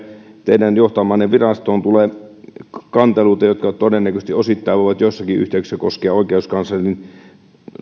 teidän johtamaanne virastoonhan tulee kanteluita jotka todennäköisesti osittain voivat joissakin yhteyksissä koskea oikeuskanslerin